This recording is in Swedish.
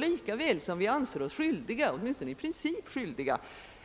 Lika väl som vi — åtminstone i princip — anser oss skyldiga